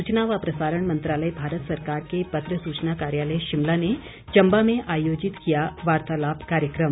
सूचना व प्रसारण मंत्रालय भारत सरकार के पत्र सूचना कार्यालय शिमला ने चंबा में आयोजित किया वार्तालाप कार्यक्रम